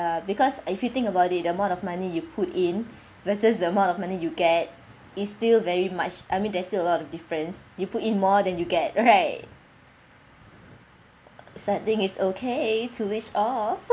uh because if you think about it the amount of money you put in versus the amount of money you get is still very much I mean there's still a lot of difference you put in more than you get right side thing is okay to leech off